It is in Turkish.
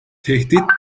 tehdit